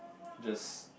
just